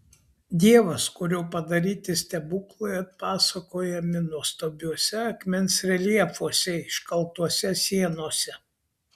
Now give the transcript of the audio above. dievas kurio padaryti stebuklai atpasakojami nuostabiuose akmens reljefuose iškaltuose sienose